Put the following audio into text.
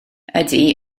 ydy